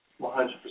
100%